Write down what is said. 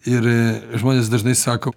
ir žmonės dažnai sako